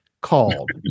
called